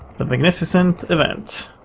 the magnificent event.